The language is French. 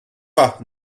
pas